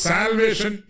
Salvation